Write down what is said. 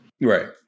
right